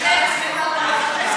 שאין פ"א.